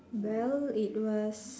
well it was